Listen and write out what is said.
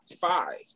five